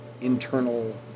internal